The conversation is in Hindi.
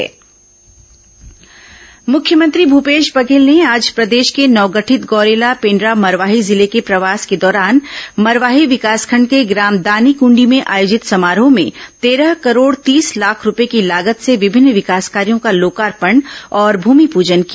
मुख्यमंत्री प्रवास मुख्यमंत्री भूपेश बघेल ने आज प्रदेश के नवगठित गौरेला पेण्ड्रा मरवाही जिले के प्रवास के दौरान मरवाही विकासखंड के ग्राम दानीक ंडी में आयोजित समारोह में तेरह करोड़ तीस लाख रूपये की लागत से विभिन्न विकास कार्यों का लोकार्पण और भूमिपूजन किया